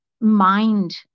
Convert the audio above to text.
mind